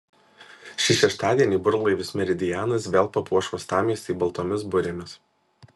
šį šeštadienį burlaivis meridianas vėl papuoš uostamiestį baltomis burėmis